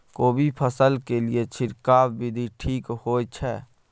कोबी फसल के लिए छिरकाव विधी ठीक होय छै?